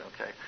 okay